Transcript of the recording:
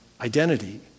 identity